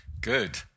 Good